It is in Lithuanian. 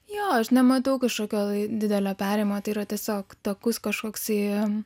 jo aš nematau kažkokio didelio perėjimo tai yra tiesiog takus kažkoksai